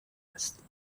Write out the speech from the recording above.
است